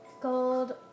gold